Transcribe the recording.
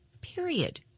Period